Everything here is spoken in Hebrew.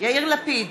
יאיר לפיד,